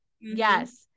yes